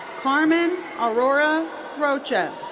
carmen aurora rocha.